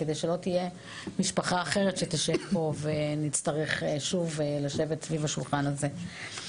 על מנת שלא תהיה משפחה אחרת שתשב פה ונצטרך שוב לשבת סביב השולחן הזה.